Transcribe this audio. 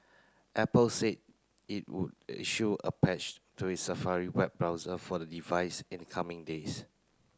apple said it would issue a patch to its Safari web browser for the device in the coming days